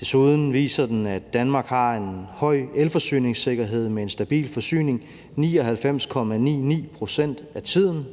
Desuden viser den, at Danmark har en høj elforsyningssikkerhed med en stabil forsyning 99,99 pct. af tiden.